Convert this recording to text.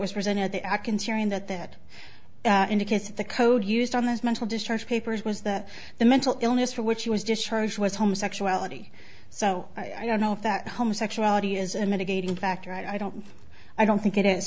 was presented the atkins hearing that that indicates that the code used on those mental discharge papers was that the mental illness for which he was discharged was homosexuality so i don't know if that homosexuality is a mitigating factor i don't i don't think it is